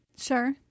Sure